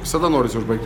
visada norisi užbaigti